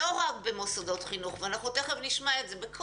לא רק במוסדות חינוך ותכף נשמע את זה אלא